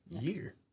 Year